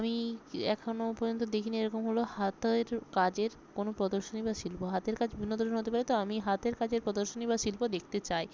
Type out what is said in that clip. আমি এখনও পর্যন্ত দেখিনি এরকম হল হাতের কাজের কোনও প্রদর্শনী বা শিল্প হাতের কাজ বিভিন্ন ধরনের হতে পারে তো আমি হাতের কাজের প্রদর্শনী বা শিল্প দেখতে চাই